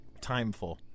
Timeful